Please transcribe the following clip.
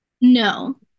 No